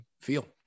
feel